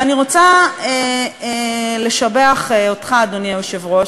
ואני רוצה לשבח אותך, אדוני היושב-ראש.